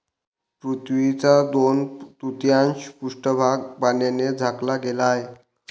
पृथ्वीचा दोन तृतीयांश पृष्ठभाग पाण्याने झाकला गेला आहे